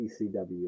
ECW